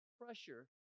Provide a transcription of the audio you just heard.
pressure